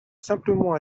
simplement